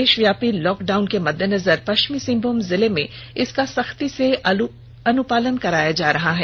देशव्यापी lockdown के मद्देनजर पश्चिमी सिंहभूम जिले में इसका सख्ती से अनुपालन कराया जा रहा है